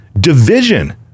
division